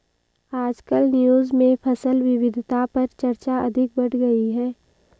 आजकल न्यूज़ में फसल विविधता पर चर्चा अधिक बढ़ गयी है